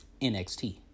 NXT